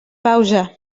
pausa